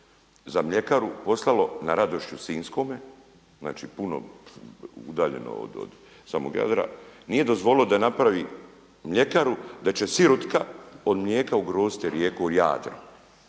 za mljekaru poslalo, …/Govornik se ne razumije./… sinjskome, znači puno udaljeno od samog Jadra, nije dozvolilo da napravi mljekaru da će sirutka od mlijeka ugroziti rijeku Jadro